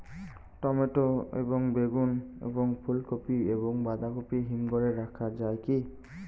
Tomato এবং বেগুন এবং ফুলকপি এবং বাঁধাকপি হিমঘরে রাখা যায় কি?